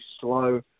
slow